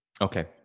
Okay